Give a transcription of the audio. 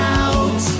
out